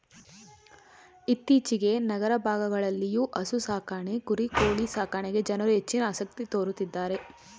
ಇತ್ತೀಚೆಗೆ ನಗರ ಭಾಗಗಳಲ್ಲಿಯೂ ಹಸು ಸಾಕಾಣೆ ಕುರಿ ಕೋಳಿ ಸಾಕಣೆಗೆ ಜನರು ಹೆಚ್ಚಿನ ಆಸಕ್ತಿ ತೋರುತ್ತಿದ್ದಾರೆ